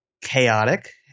chaotic